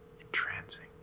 Entrancing